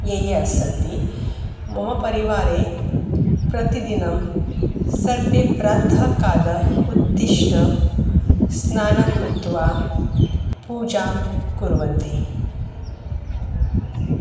ये ये अस् सन्ति मम परिवारे प्रतिदिनं सर्वे प्रातःकाले उत्तिष्ठ स्नानं कृत्वा पूजां कुर्वन्ति